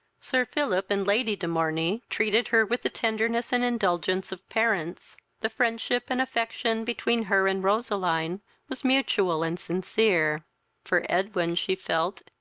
sir philip and lady de morney treated her with the tenderness and indulgence of parents the friendship and affection between her and roseline was mutual and sincere for edwin she felt,